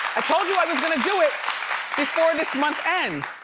i told you i was going to do it before this month ends.